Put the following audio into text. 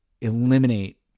eliminate